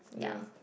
ya